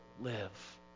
live